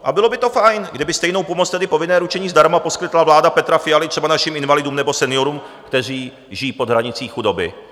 A bylo by to fajn, kdyby stejnou pomoc, tedy povinné ručení zdarma, poskytla vláda Petra Fialy třeba našim invalidům nebo seniorům, kteří žijí pod hranicí chudoby.